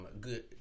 Good